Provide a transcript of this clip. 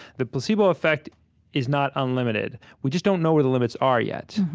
the placebo effect is not unlimited we just don't know where the limits are yet.